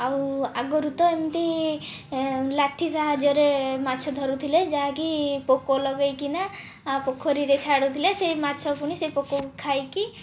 ଆଉ ଆଗରୁ ତ ଏମିତି ଲାଠି ସାହାଯ୍ୟରେ ମାଛ ଧରୁଥିଲେ ଯାହାକି ପୋକ ଲଗାଇକିନା ଆଉ ପୋଖରୀରେ ଛାଡ଼ୁଥିଲେ ସେହି ମାଛ ପୁଣି ସେ ପୋକକୁ ଖାଇକି